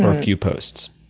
ah few posts?